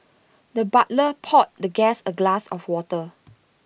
the butler poured the guest A glass of water